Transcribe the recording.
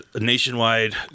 nationwide